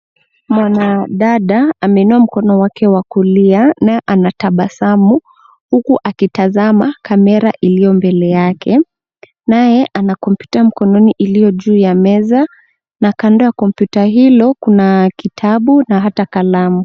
Mwanadada ameinua mkono wake wa kulia naye anatabasamu huku akitazama kamera iliyo mbele yake naye anakompyuta mkononi iliyo juu ya meza na kando ya kompyuta hilo kuna kitabu na hata kalamu.